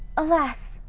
alas!